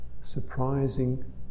surprising